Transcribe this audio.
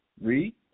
Read